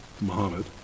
Muhammad